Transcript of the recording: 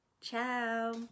Ciao